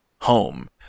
home